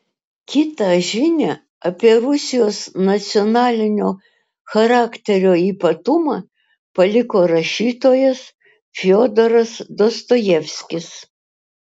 kitą žinią apie rusijos nacionalinio charakterio ypatumą paliko rašytojas fiodoras dostojevskis